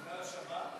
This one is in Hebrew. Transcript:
בגלל השבת?